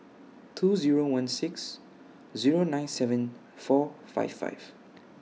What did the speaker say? two Zero one six Zero nine seven four five five